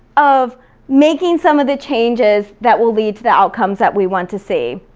of making some of the changes that will lead to the outcomes that we want to see.